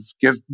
give